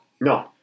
No